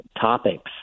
topics